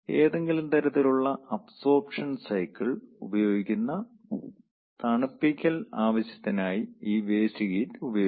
ഏതെങ്കിലും തരത്തിലുള്ള absorption cycle ഉപയോഗിക്കുന്ന തണുപ്പിക്കൽ ആവശ്യത്തിനായി ഈ വേസ്റ്റ് ഹീറ്റ് ഉപയോഗിക്കാം